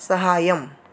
सहायम्